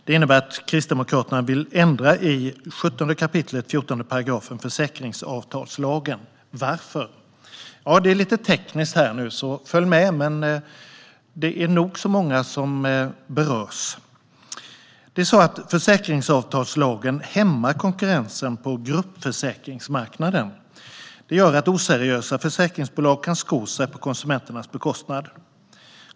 Det innebär att Kristdemokraterna vill ändra i 17 kap. 14 § försäkringsavtalslagen. Varför vill vi göra det? Detta är lite tekniskt, men det är nog så många som berörs. Försäkringsavtalslagen hämmar konkurrensen på gruppförsäkringsmarknaden, vilket gör att oseriösa försäkringsbolag kan sko sig på konsumenternas bekostnad.